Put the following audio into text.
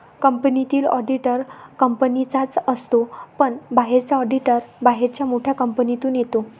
कंपनीतील ऑडिटर कंपनीचाच असतो पण बाहेरचा ऑडिटर बाहेरच्या मोठ्या कंपनीतून येतो